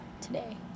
today